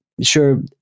sure